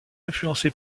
influencé